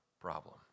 problem